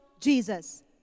Jesus